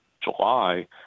July